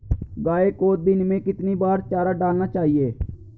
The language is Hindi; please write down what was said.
गाय को दिन में कितनी बार चारा डालना चाहिए?